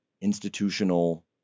institutional